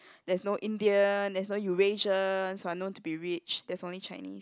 there's no Indian there's no Eurasians who are known to be rich there's only Chinese